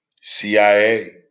CIA